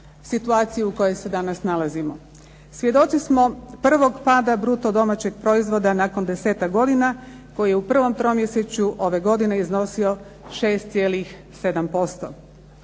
situaciji u kojoj se danas nalazimo. Svjedoci smo prvog pada bruto domaćeg proizvoda nakon desetak godina koji je u prvom tromjesečju ove godine iznosio 6,7%.